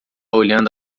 olhando